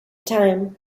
time